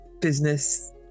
business